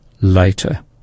later